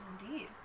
indeed